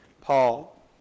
Paul